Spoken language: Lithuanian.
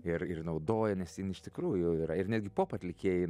ir ir naudoja nes iš tikrųjų yra ir netgi pop atlikėjai